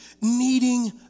needing